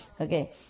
Okay